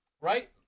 right